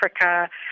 Africa